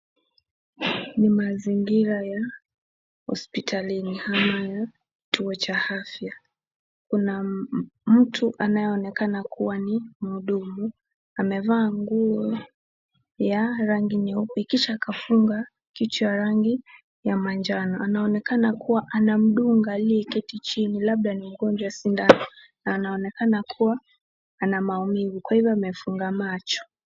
Ni mazingira ya hospitalini ama ya kituo cha afya. Kuna mtu anaye onekana kuwa ni mhudumu amevaa nguo ya rangi nyeupe kisha akafunga kichwa ya rangi ya majano. Anaonekana kuwa anamdunga aliye keti chini labda ni ugonjwa ya sindano na anaonekana kuwa ana maumivu kwa hivyo amefunga macho.